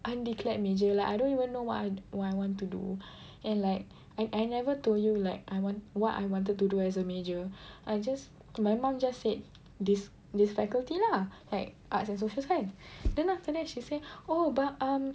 undeclared major like I don't even know what what I want to do and like I never told you like I want what I wanted to do as a major I just my mum just said this this faculty lah at arts and social science then after that she say oh but um